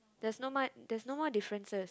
there's no much there's no more differences